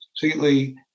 completely